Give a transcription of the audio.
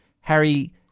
Harry